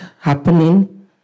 happening